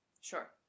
Sure